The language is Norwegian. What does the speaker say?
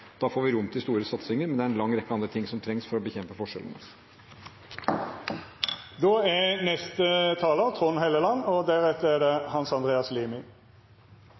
Da får vi rom for store satsinger, men det er en lang rekke andre ting som trengs for å bekjempe forskjellene. Replikkordskiftet er slutt. Først har også jeg lyst til å takke Kristelig Folkeparti og